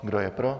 Kdo je pro?